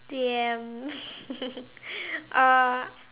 damn uh